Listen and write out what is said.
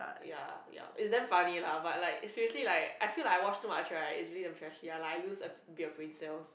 ya ya is damn funny lah but like seriously like I feel like I watch too much right is really damn trashy like I lose a bit of brain cells